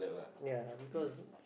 ya because